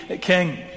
king